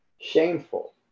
shameful